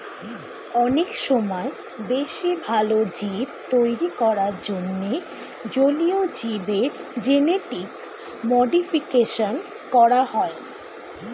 অনেক সময় বেশি ভালো জীব তৈরী করার জন্যে জলীয় জীবের জেনেটিক মডিফিকেশন করা হয়